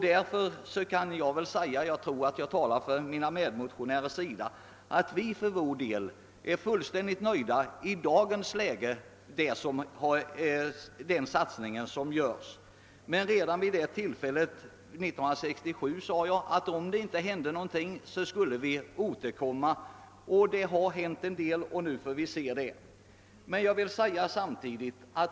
Därför kan jag säga — jag tror att jag även talar för mina medmotionärer — att vi för vår del i dagens läge är fullständigt nöjda med den satsning som görs. Redan 1967 sade jag att vi skulle återkomma om ingenting hände. Det har nu hänt en hel del och nu får vi se.